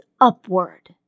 upward